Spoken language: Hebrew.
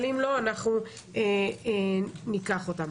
אבל אם לא, אנחנו ניקח אותם.